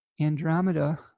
Andromeda